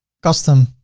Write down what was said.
custom